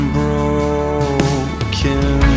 broken